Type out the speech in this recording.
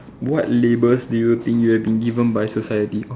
what labels do you think you have been given by society